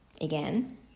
again